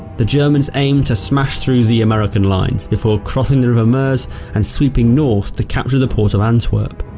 the germans aimed to smash through the american lines, before crossing the river meuse and sweeping north to capture the port of antwerp.